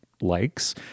likes